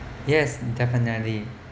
yes definitely